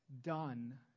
done